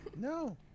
No